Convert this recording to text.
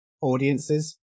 audiences